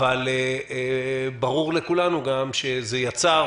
אבל ברור לכולנו גם שזה יצר